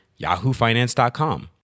yahoofinance.com